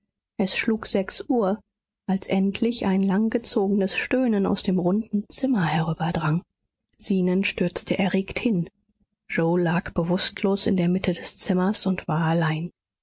es schlug sechs uhr als endlich ein langgezogenes stöhnen aus dem runden zimmer herüberdrang zenon stürzte erregt hin yoe lag bewußtlos in der mitte des zimmers und war allein